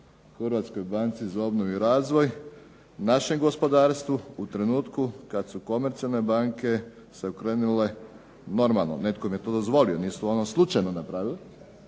stvorili jednu polugu HBOR-u našem gospodarstvu u trenutku kada su se komercijalne banke okrenule, normalno netko im je to dozvolio, nisu to oni slučajno napravili,